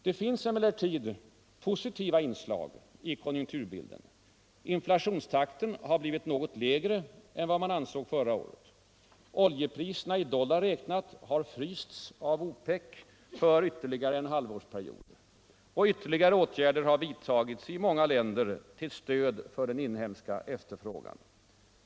Det finns emellertid positiva inslag i konjunkturbilden. Inflationstakten har blivit något lägre än vad man väntade förra året. Oljepriserna, i dollar räknat, har frysts av OPEC för vtterligare en halvårsperiod. Ytterligare åtgärder har vidtagits i många länder till stöd för den inhemska efterfrågan.